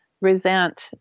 resent